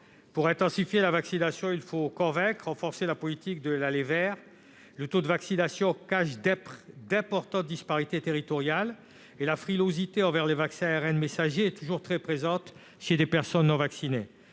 Pour intensifier la vaccination, il faut convaincre et renforcer la politique de l'« aller vers ». Le taux de vaccination cache d'importantes disparités territoriales et la frilosité envers les vaccins à ARN messager est toujours très présente chez les personnes non vaccinées.